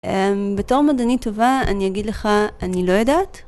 בתור מדענית טובה, אני אגיד לך, אני לא יודעת.